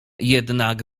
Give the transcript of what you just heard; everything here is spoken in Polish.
jednak